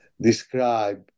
describe